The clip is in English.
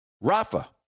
Rafa